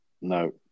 No